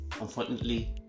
unfortunately